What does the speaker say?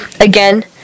Again